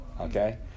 okay